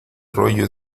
rollo